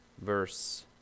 verse